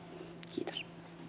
kiitos